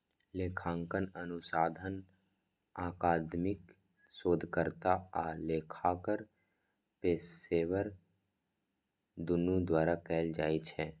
लेखांकन अनुसंधान अकादमिक शोधकर्ता आ लेखाकार पेशेवर, दुनू द्वारा कैल जाइ छै